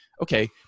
Okay